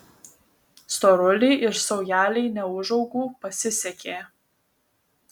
storuliui ir saujelei neūžaugų pasisekė